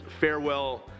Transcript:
farewell